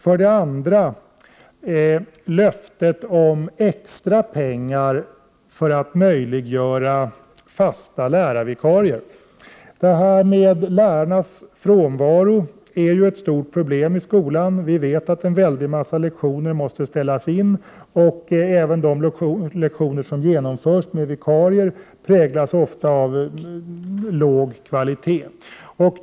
Den andra punkten gäller löftet om extra pengar för att möjliggöra fasta lärarvikarier. Lärarnas frånvaro utgör ju ett stort problem i skolan. Vi vet att en hel del lektioner måste ställas in och att de lektioner som genomförs med hjälp av vikarier ofta präglas av låg kvalitet.